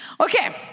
okay